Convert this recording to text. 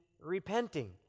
repenting